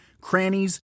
crannies